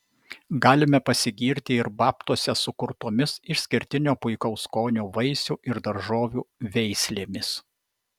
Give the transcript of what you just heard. galime pasigirti ir babtuose sukurtomis išskirtinio puikaus skonio vaisių ir daržovių veislėmis